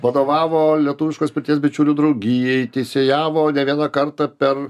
vadovavo lietuviškos pirties bičiulių draugijai teisėjavo ne vieną kartą per